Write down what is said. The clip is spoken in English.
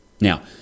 Now